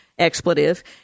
expletive